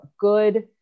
good